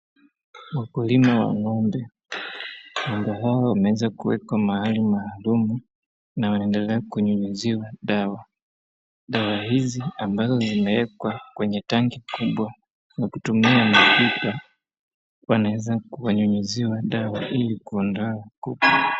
Wakulima wa ng'ombe, ng'ombe hawa wameweza kuwekwa mahali maalum na wanaendelea kunyunyiziwa dawa. Dawa hizi ambazo zimewekwa kwenye tanki kubwa na kutumia mapipa wanaweza kuwanyunyiziwa dawa ili kuondoa kupe.